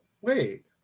wait